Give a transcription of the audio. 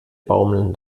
baumeln